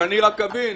שאני רק אבין?